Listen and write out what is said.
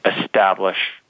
establish